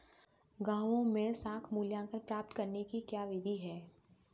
गाँवों में साख मूल्यांकन प्राप्त करने की क्या विधि है?